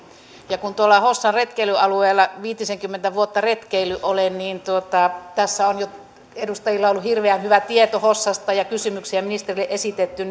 ja kun tuolla hossan retkeilyalueella viitisenkymmentä vuotta retkeillyt olen niin kun tässä on jo edustajilla ollut hirveän hyvä tieto hossasta ja kysymyksiä ministerille esitetty